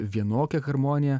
vienokia harmonija